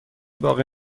باقی